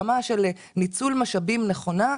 ברמה של ניצול משאבים נכונה,